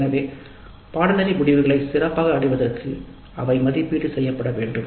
எனவே பாடநெறி முடிவுகளை சிறப்பாக அடைவதற்கு அவை மதிப்பீடு செய்யப்பட வேண்டும்